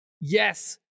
yes